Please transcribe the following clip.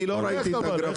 אני לא ראיתי -- איך אבל,